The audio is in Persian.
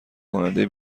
کننده